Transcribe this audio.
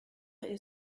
est